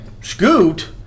Scoot